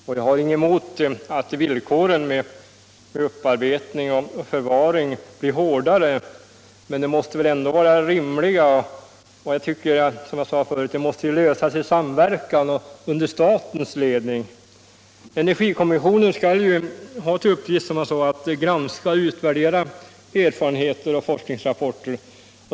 Jag har ingenting emot att villkoren i fråga om upparbetning och förvaring blir hårdare, men de måste ändå vara rimliga. Som jag sade förut måste problemen lösas i samverkan under statens ledning. Energikommissionen skall ha till uppgift att granska och utvärdera erfarenheter och forskningsrapporter.